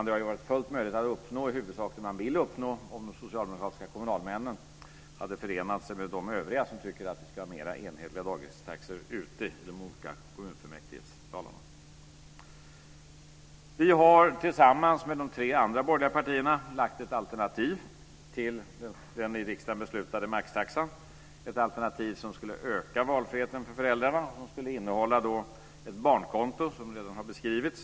Det hade varit fullt möjligt att uppnå det som man i huvudsak vill uppnå om de socialdemokratiska kommunalmännen hade förenat sig med de övriga ute i de olika kommunfullmäktigesalarna som tycker att vi ska ha mer enhetliga dagistaxor. Vi har tillsammans med de tre andra borgerliga partierna lagt fram ett alternativ till den i riksdagen beslutade maxtaxan. Det är ett alternativ som skulle öka valfriheten för föräldrarna och som skulle innehålla ett barnkonto, som redan har beskrivits.